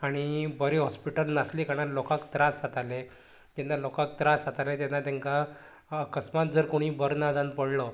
आनी बरें हाॅस्पिटल आसले कारणान लोकांक त्रास जाताले तेन्ना लोकाक त्रास जाताले जेन्ना तेंकां अकस्मात जर कोणी बरो ना जावन पडलो